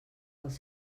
dels